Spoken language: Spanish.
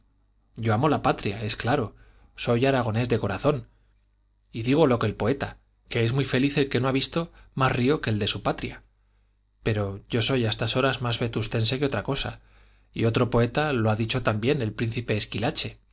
yo amo la patria es claro soy aragonés de corazón y digo lo que el poeta que es muy feliz el que no ha visto más río que el de su patria pero yo soy a estas horas más vetustense que otra cosa y otro poeta lo ha dicho también el príncipe